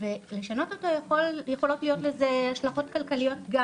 ולשנות אותו יכולות להיות לזה השלכות כלכליות גם